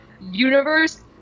universe